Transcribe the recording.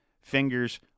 fingers